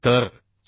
तर 454